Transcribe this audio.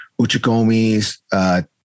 Uchikomis